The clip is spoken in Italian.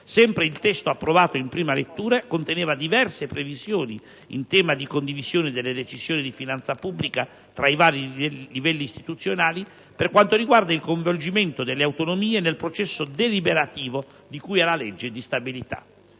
sempre il testo approvato in prima lettura conteneva diverse previsioni in tema di condivisione delle decisioni di finanza pubblica tra i vari livelli istituzionali per quanto riguarda il coinvolgimento delle autonomie nel processo deliberativo di cui alla legge di stabilità.